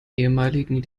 ehemaligen